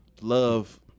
love